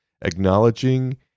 acknowledging